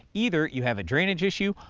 either you have a drainage issue,